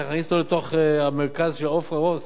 צריך להכניס לתוך המרכז של עפרה רוס.